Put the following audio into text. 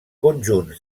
conjunt